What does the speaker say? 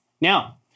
Now